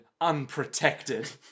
Unprotected